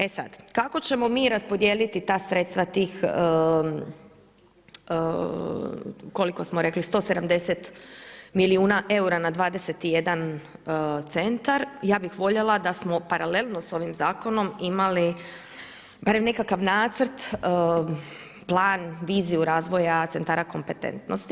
E sad, kako ćemo mi raspodijeliti ta sredstva tih koliko smo rekli 170 milijuna eura na 21 centar, ja bih voljela da smo paralelno s ovim zakonom imali barem nekakav nacrt, plan, viziju razvoja centara kompetentnosti.